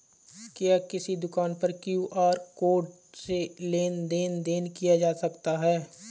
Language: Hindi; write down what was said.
क्या किसी दुकान पर क्यू.आर कोड से लेन देन देन किया जा सकता है?